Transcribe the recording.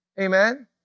Amen